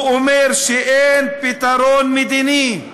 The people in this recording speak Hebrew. הוא אומר שאין פתרון מדיני.